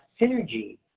synergy